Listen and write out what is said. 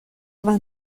vingt